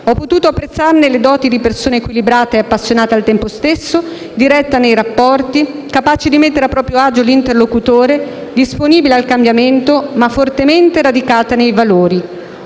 Ho potuto apprezzarne le doti di persona equilibrata e appassionata al tempo stesso, diretta nei rapporti, capace di mettere a proprio agio l'interlocutore, disponibile al cambiamento ma fortemente radicata nei valori.